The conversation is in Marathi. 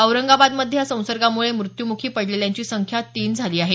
औरंगाबादमधे या संसर्गामुळे मृत्यूमुखी पडलेल्यांची संख्या तीन झाली आहे